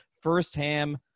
firsthand